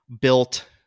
built